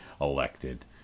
elected